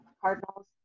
cardinals